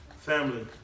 family